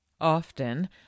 often